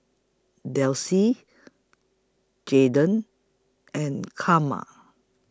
Delcie Jadon and Karma